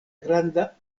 granda